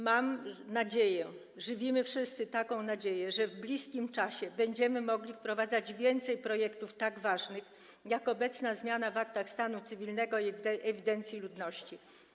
Mam nadzieję, wszyscy żywimy taką nadzieję, że w bliskim czasie będziemy mogli wprowadzać więcej projektów tak ważnych jak obecna zmiana dotycząca aktów stanu cywilnego i ewidencji ludności.